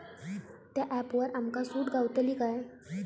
त्या ऍपवर आमका सूट गावतली काय?